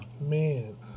man